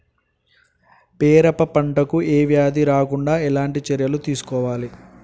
పెరప పంట కు ఏ వ్యాధి రాకుండా ఎలాంటి చర్యలు తీసుకోవాలి?